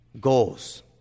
Goals